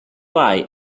why